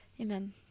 Amen